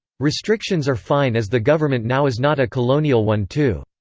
restrictions are fine as the government now is not a colonial one two.